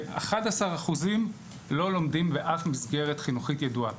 ו-11% לא לומדים באף מסגרת חינוכית ידועה.